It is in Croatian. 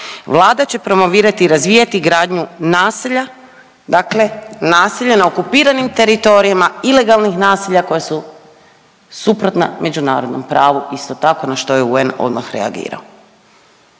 vlada će promovirati i razvijati gradnju naselja, dakle naselja na okupiranim teritorijima, ilegalnih naselja koja su suprotna međunarodnom pravu isto tako na što je UN odmah reagirao.